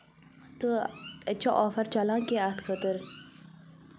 تہٕ اَتہِ چھُ آفر چَلان کینٛہہ اَتھ خٲطرٕ